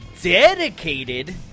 dedicated